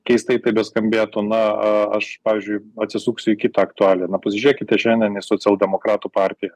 keistai tai beskambėtų na a aš pavyzdžiui atsisuksiu į kitą aktualią na pasižiūrėkite šiandien į socialdemokratų partiją